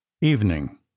EVENING